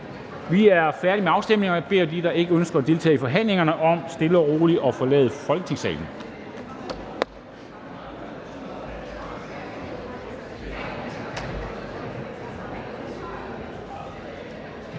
Vi er færdige med afstemningen, og jeg beder dem, der ikke ønsker at deltage i forhandlingerne, om stille og roligt at forlade Folketingssalen.